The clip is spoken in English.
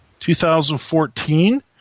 2014